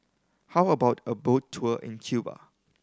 how about a boat tour in Cuba